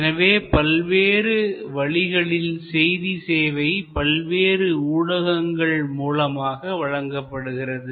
எனவே பல்வேறு வழிகளில் செய்தி சேவை பல்வேறு ஊடகங்கள் மூலமாக வழங்கப்படுகிறது